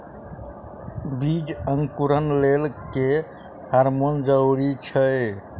बीज अंकुरण लेल केँ हार्मोन जरूरी छै?